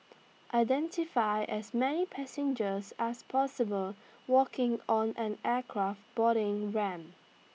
identify as many passengers as possible walking on an aircraft boarding ramp